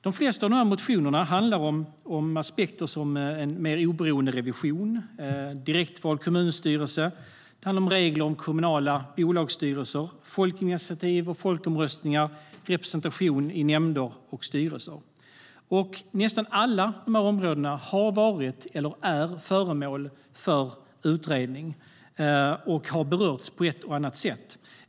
De flesta av motionerna handlar om aspekter som gäller en mer oberoende revision, en direktvald kommunstyrelse, regler för kommunala bolagsstyrelser, folkinitiativ och folkomröstningar, representation i nämnder och styrelser. Nästan alla dessa områden har varit eller är föremål för utredning och har berörts på ett eller annat sätt.